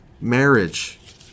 marriage